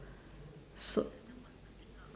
so